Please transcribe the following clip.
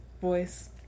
voice